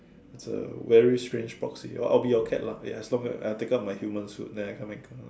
it's a very strange proxy or I be your cat lah as long I take out my human suit then I can make up